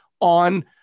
on